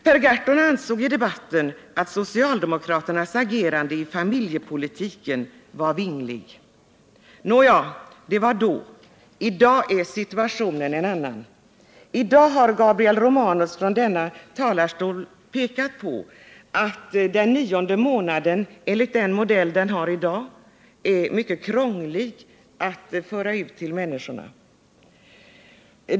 Per Gahrton ansåg i debatten att socialdemokraternas agerande i familjepolitiken var vingligt. Nåja, det var då. I dag är situationen en annan. I dag har Gabriel Romanus pekat på att bestämmelsen om den nionde månaden enligt den modell som gäller i dag är mycket krånglig att föra ut till människorna.